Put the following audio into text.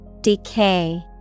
Decay